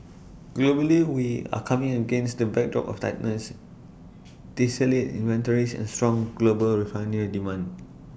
globally we are coming against the backdrop of tightness distillate inventories and strong global refinery demand